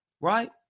right